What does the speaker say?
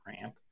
ramp